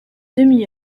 demi